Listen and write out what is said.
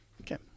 Okay